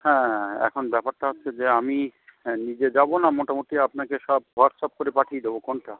হ্যাঁ এখন ব্যাপারটা হচ্ছে যে আমি নিজে যাবো না মোটামুটি আপনাকে সব হোয়াটসঅ্যাপ করে পাঠিয়ে দেবো কোনটা